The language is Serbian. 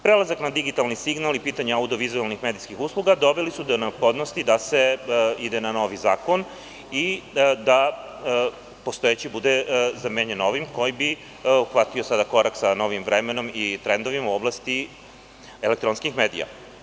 Prelazak na digitalni signal i pitanje audio-vizuelnih medijskih usluga doveli su do neophodnosti da se ide na novi zakon i da postojeći bude zamenjen novim, koji bi uhvatio korak sa novim vremenom i trendovima u oblasti elektronskih medija.